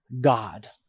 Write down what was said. God